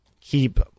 keep